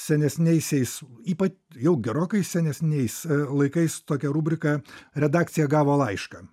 senesniaisiais ypa jau gerokai senesniais laikais tokia rubrika redakcija gavo laišką